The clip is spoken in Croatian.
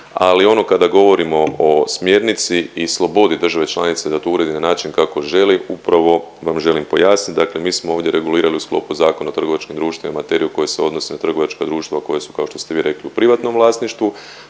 ali ono kada govorimo o smjernici i slobodi države članice da to uredi na način kako želi, upravo vam želim pojasniti, dakle mi smo ovdje regulirali u sklopu ZTD-a materiju koja se odnosi na trgovačka društva koja su, kao što ste vi rekli, u privatnom vlasništvu,